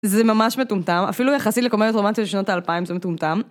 זה ממש מטומטם, אפילו יחסית לקומדיות רומנטיות של שנות האלפיים זה מטומטם.